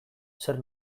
zer